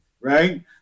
right